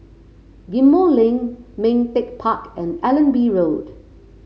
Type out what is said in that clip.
Ghim Moh Link Ming Teck Park and Allenby Road